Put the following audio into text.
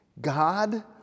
God